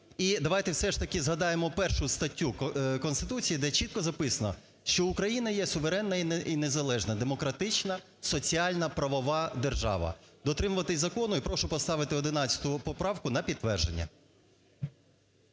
і давайте все ж таки згадаємо 1 статтю Конституції, де чітко записано, що Україна є суверенна і незалежна, демократична, соціальна, правова держава, дотримуватися закону і прошу поставити 11 поправку на підтвердження.